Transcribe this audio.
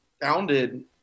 founded